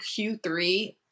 Q3